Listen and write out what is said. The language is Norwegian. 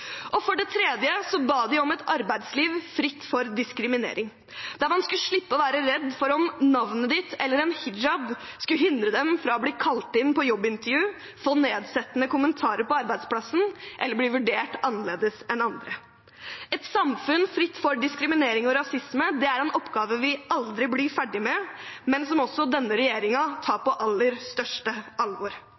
For det tredje ba de om et arbeidsliv fritt for diskriminering, der man skulle slippe å være redd for at navnet man har, eller en hijab, skulle hindre dem fra å bli kalt inn til jobbintervju, føre til nedsettende kommentarer på arbeidsplassen eller gjøre at de ble vurdert annerledes enn andre. Et samfunn fritt for diskriminering og rasisme er en oppgave vi aldri blir ferdig med, men som også denne regjeringen tar på aller største alvor.